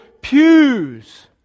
pews